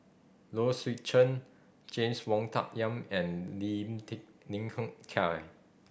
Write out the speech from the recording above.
Low Swee Chen James Wong Tuck Yim and Lim tech Lim Hng Kiang